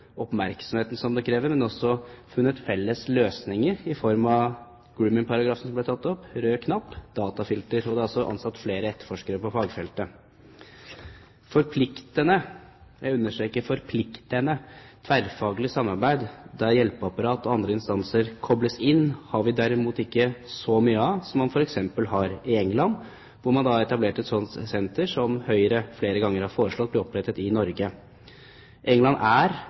oppmerksomheten det krever, men også funnet felles løsninger i form av grooming-paragrafen som ble tatt opp, rød knapp og datafilter. Det er også ansatt flere etterforskere på fagfeltet. Forpliktende – jeg understreker forpliktende – tverrfaglig samarbeid, der hjelpeapparat og andre instanser kobles inn, har vi derimot ikke så mye av som man f.eks. har i England. Der har man etablert et slikt senter, som Høyre flere ganger har foreslått at man bør opprette i Norge. England er